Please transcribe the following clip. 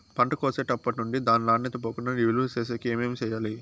పంట కోసేటప్పటినుండి దాని నాణ్యత పోకుండా నిలువ సేసేకి ఏమేమి చేయాలి?